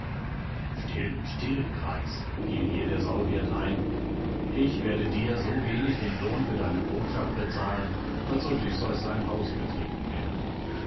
still still greis fiel hier der sauhirt ein ich werde dir so wenig den lohn für deine botschaft bezahlen als odysseus sein haus betreten wird